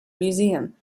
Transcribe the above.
museum